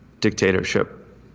dictatorship